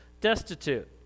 destitute